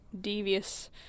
devious